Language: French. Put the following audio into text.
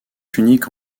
uniques